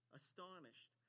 astonished